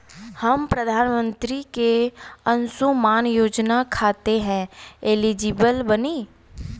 हम प्रधानमंत्री के अंशुमान योजना खाते हैं एलिजिबल बनी?